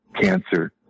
cancer